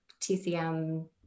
tcm